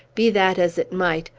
be that as it might,